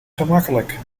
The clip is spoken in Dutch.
gemakkelijk